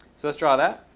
so let's draw that.